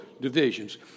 divisions